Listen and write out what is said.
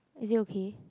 is it okay